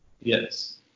Yes